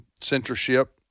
censorship